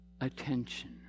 attention